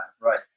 right